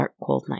darkcoldnight